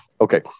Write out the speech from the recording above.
Okay